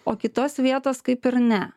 o kitos vietos kaip ir ne